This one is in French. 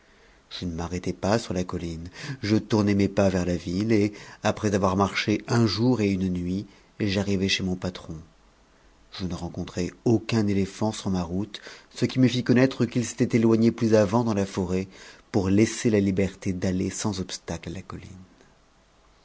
je ne m'arrêtai pas sur la colline je tournai mes pas vers a ville et après avoir marché un jour et une nuit j'arrivai chez mon patron je ne rencontrai aucun éléphant sur ma route ce qui me fit connaitrc qu'ils s'étaient éloignés plus avant dans la forêt pour laisser la libère d'aller sans obstacle à la colline